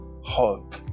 hope